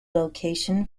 location